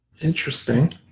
interesting